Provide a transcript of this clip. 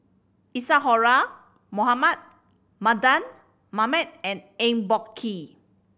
Isadhora Mohamed Mardan Mamat and Eng Boh Kee